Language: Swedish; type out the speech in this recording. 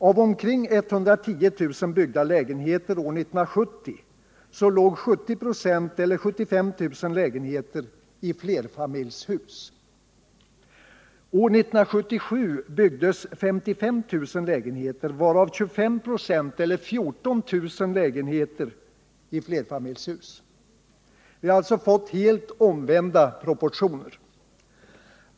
Av omkring 110 000 byggda lägenheter år 1970 låg 70 96 eller 75 000 lägenheter i flerfamiljshus. År 1977 byggdes 55 000 lägenheter, varav 25 96 eller 14000 lägenheter i flerfamiljshus. Proportionerna har alltså blivit helt omvända.